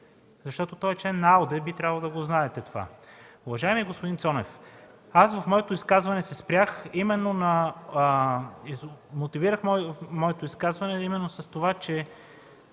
за Европа) и би трябвало да го знаете това. Уважаеми господин Цонев, аз в своето изказване се спрях именно, мотивирах своето изказване именно с това, че